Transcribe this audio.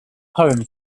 poem